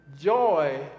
Joy